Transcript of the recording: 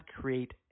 create